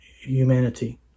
humanity